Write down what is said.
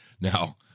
Now